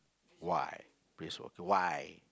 why brisk walk why